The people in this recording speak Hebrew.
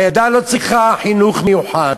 והילדה לא צריכה חינוך מיוחד,